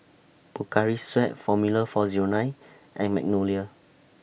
Pocari Sweat Formula four Zero nine and Magnolia